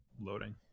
loading